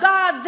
God